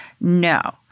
No